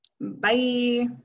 Bye